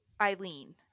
Eileen